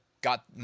got